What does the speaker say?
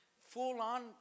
full-on